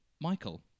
Michael